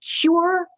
cure